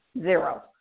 zero